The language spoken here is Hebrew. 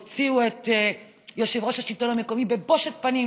הוציאו את יושב-ראש השלטון המקומי מתוך הדיון הזה בבושת פנים,